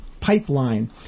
Pipeline